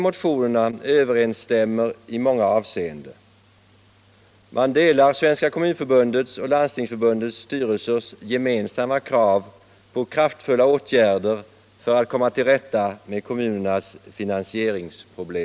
Motionärerna delar Svenska kommunförbundets och Landstingsförbundets styrelsers gemensamma krav på kraftfulla åtgärder för att komma till rätta med kommunernas finansieringsproblem.